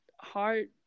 hard